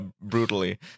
brutally